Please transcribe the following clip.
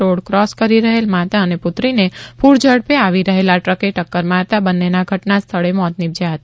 road cross કરી રહેલ માતા અને પુત્રીને પુરઝડપે આવી રહેલા ટ્રકે ટક્કર મારતા બન્નેના ઘટનાસ્થળે મોત નિરપજ્યાં હતા